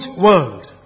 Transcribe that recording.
world